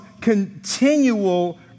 continual